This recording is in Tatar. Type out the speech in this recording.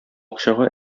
акчага